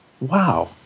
wow